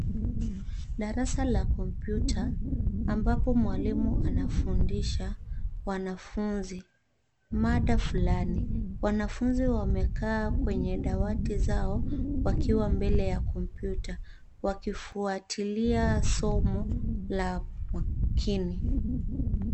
Darasa la kompyuta, ambapo mwalimu anafundisha, wanafunzi. Mada fulani. Wanafunzi wamekaa kwenye dawati zao, wakiwa mbele ya kompyuta, wakifuatilia somo la makini.